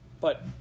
But